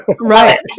Right